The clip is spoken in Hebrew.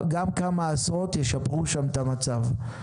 גם כמה עשרות ישפרו שם את המצב.